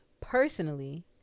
personally